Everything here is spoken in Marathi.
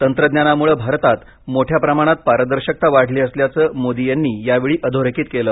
तंत्रज्ञानामुळे भारतात मोठ्या प्रमाणात पारदर्शकता वाढली असल्याचं मोदी यांनी यावेळी अधोरेखित केलं